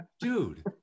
dude